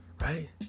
right